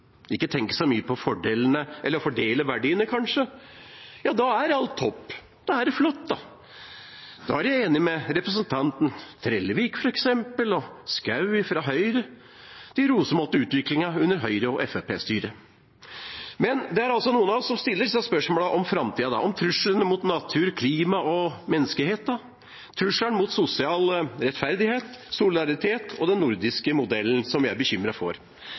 ikke tenke så mye på fordelene eller på å fordele verdiene, kanskje? Da er alt topp, da er det flott, da. Da er jeg enig med f.eks. representantene Trellevik og Schou fra Høyre. De rosemalte utviklingen under Høyre- og Fremskrittsparti-styret. Men det er noen av oss som stiller disse spørsmålene om framtida, om truslene mot naturen, klimaet og menneskeheten, om trusselen mot sosial rettferdighet, solidaritet og den nordiske modellen, som vi er bekymret for.